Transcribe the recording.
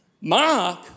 Mark